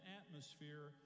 atmosphere